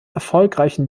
erfolgreichen